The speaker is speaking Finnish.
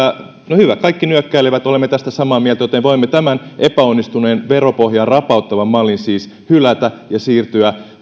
hyvä kaikki nyökkäilevät olemme tästä samaa mieltä joten voimme tämän epäonnistuneen veropohjaa rapauttavan mallin siis hylätä ja siirtyä